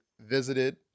visited